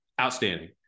Outstanding